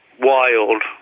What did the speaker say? wild